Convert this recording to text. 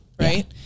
right